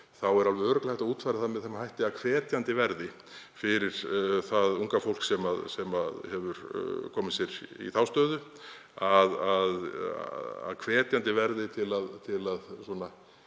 þá er alveg örugglega hægt að útfæra það með þeim hætti að hvetjandi verði, fyrir það unga fólk sem hefur komið sér í þá stöðu, að víkja af þeirri braut.